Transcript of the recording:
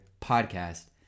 Podcast